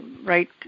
right